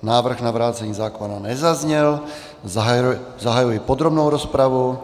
Návrh na vrácení zákona nezazněl, zahajuji podrobnou rozpravu.